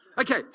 Okay